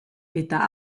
eta